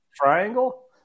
triangle